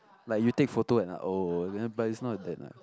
like you take photo and like oh then but is not that nice